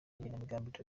n’igenamigambi